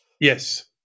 Yes